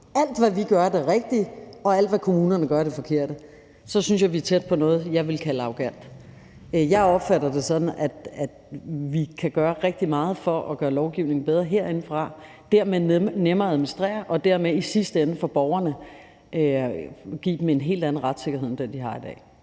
alt, hvad vi gør, er det rigtige, og alt, hvad kommunerne gør, er det forkerte – så synes jeg, vi er tæt på noget, jeg ville kalde arrogant. Jeg opfatter det sådan, at vi kan gøre rigtig meget for at gøre lovgivningen bedre herindefra og dermed nemmere at administrere og dermed i sidste ende give borgerne en helt anden retssikkerhed end den, de har i dag.